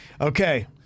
Okay